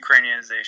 Ukrainianization